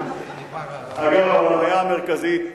אגב, הבעיה המרכזית,